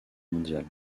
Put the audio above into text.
mondiale